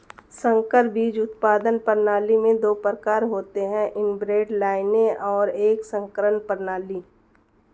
संकर बीज उत्पादन प्रणाली में दो प्रकार होते है इनब्रेड लाइनें और एक संकरण प्रणाली